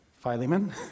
Philemon